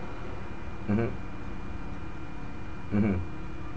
mmhmm mmhmm